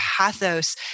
pathos